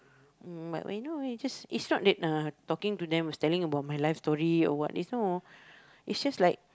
mm but when you know is just it's not that talking to them is telling about my life story or what is no is just like